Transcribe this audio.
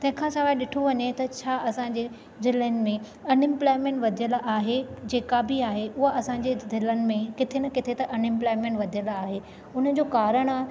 तंहिंखा सवाइ ॾिठो वञे त छा असांजे जिलनि में अनइंप्लोएमेंट वधियल आहे जेका बि आहे हूअ असांजे ज़िलनि में किथे न किथे त अनइंप्लोएमेंट वधियल आहे उनजो कारण आहे